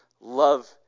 love